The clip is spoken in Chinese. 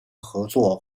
合作